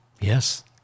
Yes